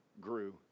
grew